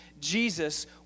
Jesus